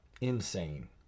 Insane